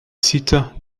site